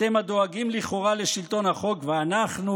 אתם דואגים לכאורה לשלטון החוק ואנחנו,